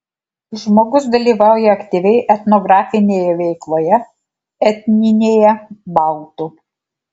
žmogus dalyvauja aktyviai etnografinėje veikloje etninėje baltų